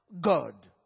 God